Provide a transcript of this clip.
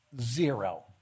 Zero